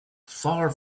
far